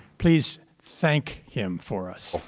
please thank him for us.